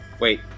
Wait